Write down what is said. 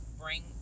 bring